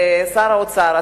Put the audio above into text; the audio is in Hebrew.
שר האוצר,